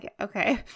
okay